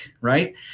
right